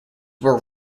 were